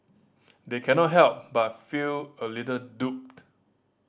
they cannot help but feel a little duped